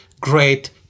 great